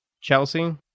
Chelsea